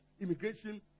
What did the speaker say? immigration